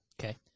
Okay